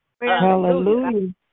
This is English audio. Hallelujah